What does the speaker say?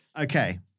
Okay